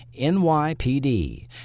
NYPD